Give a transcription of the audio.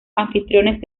anfitriones